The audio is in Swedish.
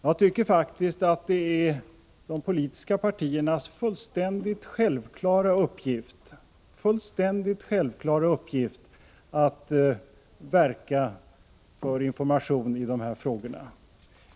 Jag tycker faktiskt att det är de politiska partiernas fullständigt självklara uppgift — jag understryker det — att verka för information i de här frågorna.